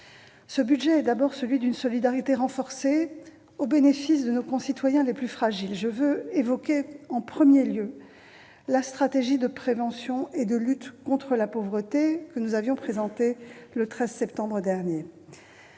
Ce budget est d'abord celui d'une solidarité renforcée, au bénéfice de nos concitoyens les plus fragiles. Je veux évoquer, en premier lieu, la stratégie nationale de prévention et de lutte contre la pauvreté, que nous avons présentée le 13 septembre dernier.